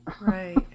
Right